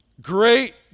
Great